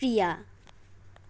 प्रिया